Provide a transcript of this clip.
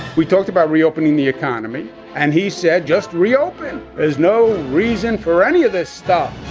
we talked about reopening the economy and he said just reopen. there's no reason for any of this stuff.